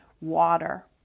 water